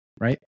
Right